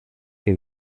que